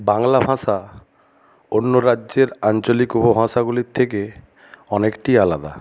বাংলা ভাষা অন্য রাজ্যের আঞ্চলিক উপভাষাগুলির থেকে অনেকটিই আলাদা